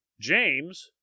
James